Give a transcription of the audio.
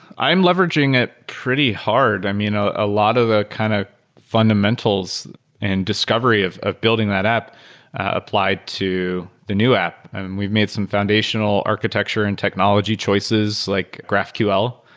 i'm leveraging it pretty hard. i mean, a ah lot of the ah kind of fundamentals and discovery of of building that app apply to the new app. and we've made some foundational architecture and technology choices like graphql.